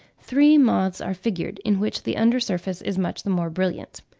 three moths are figured, in which the under surface is much the more brilliant.